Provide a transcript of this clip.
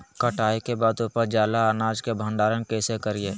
कटाई के बाद उपजल अनाज के भंडारण कइसे करियई?